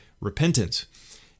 repentance